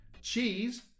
cheese